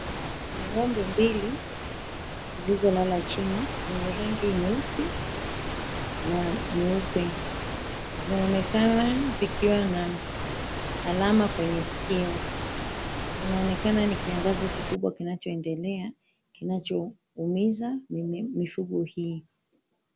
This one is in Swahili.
Ng'ombe mbili zilizolala chini zenye rangi nyeusi na nyeupe, zinaonekana zikiwa na alama kwenye sikio. Inaonekana ni kiangazi kikubwa kinachoendelea kinachoumiza mifugo hii.